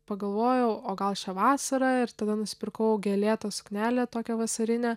pagalvojau o gal šią vasarą ir tada nusipirkau gėlėtą suknelę tokią vasarinę